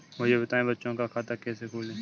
मुझे बताएँ बच्चों का खाता कैसे खोलें?